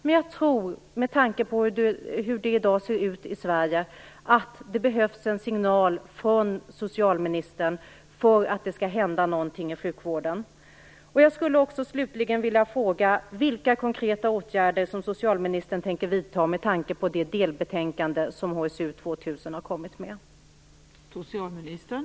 Men med tanke på hur det ser ut i Sverige i dag tror jag att det behövs en signal från socialministern för att det skall hända någonting i sjukvården.